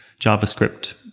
JavaScript